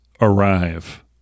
arrive